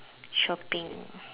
shopping